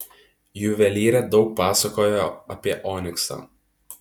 juvelyrė daug pasakojo apie oniksą